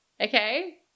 Okay